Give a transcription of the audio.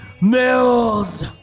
Mills